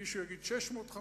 מישהו יגיד 650,